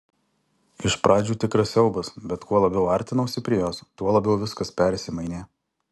iš pradžių tikras siaubas bet kuo labiau artinausi prie jos tuo labiau viskas persimainė